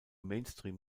mainstream